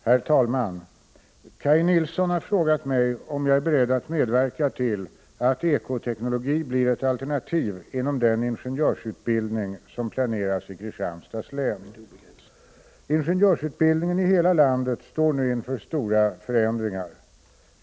Herr talman! Kaj Nilsson har frågat mig om jag är beredd att medverka till att ekoteknologi blir ett alternativ inom den ingenjörsutbildning som planeras i Kristianstads län. Ingenjörsutbildningen i hela landet står nu inför stora förändringar.